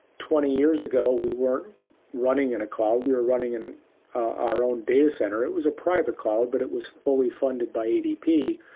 twenty years ago, we weren't running in a cloud. we're running in our own data center. it was a private cloud, but it was fully funded by adp.